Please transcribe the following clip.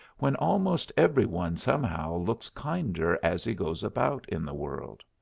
when almost every one somehow looks kinder as he goes about in the world.